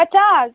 पचास